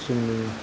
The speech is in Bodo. जोंबो